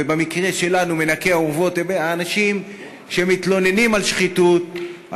ובמקרה שלנו מנקי האורוות הם האנשים שמתלוננים על שחיתות,